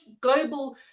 global